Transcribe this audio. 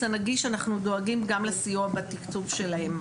הנגיש אנחנו דואגים גם לסיוע בתקצוב שלהם.